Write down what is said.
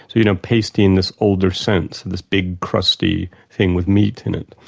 you know pasty in this older sense, this big, crusty thing with meat in it.